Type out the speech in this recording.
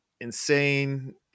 insane